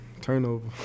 turnover